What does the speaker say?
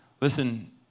listen